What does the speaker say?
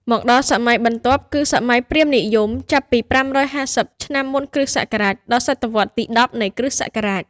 មកដល់សម័យបន្ទាប់គឺ សម័យព្រាហ្មណ៍និយមចាប់ពី ៥៥០ ឆ្នាំមុនគ.ស. ដល់ សតវត្សរ៍ទី ១០ នៃគ.ស.។